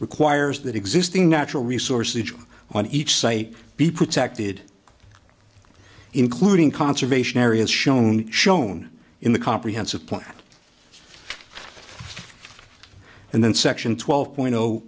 requires that existing natural resources on each site be protected including conservation areas shown shown in the comprehensive plan and then section twelve point